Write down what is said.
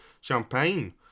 champagne